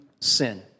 sin